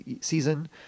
season